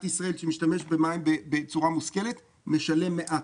ישראל שמשתמש במים בצורה מושכלת משלם מעט.